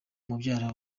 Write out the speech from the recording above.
mubyara